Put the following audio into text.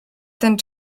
ten